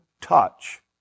touch